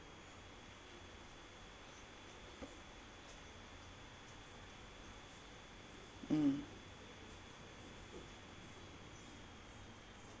mm